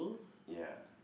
ya